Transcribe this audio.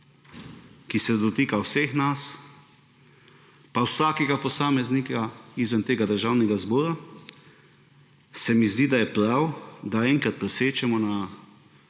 ki se dotikata vseh nas, pa vsakega posameznika izven tega državnega zbora, se mi zdi, da je prav, da ne govorimo o